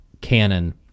canon